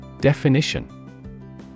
Definition